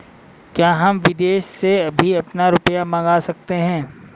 क्या हम विदेश से भी अपना रुपया मंगा सकते हैं?